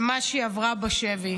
על מה שהיא עברה בשבי.